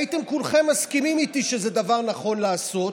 הייתם כולכם מסכימים איתי שזה דבר נכון לעשות.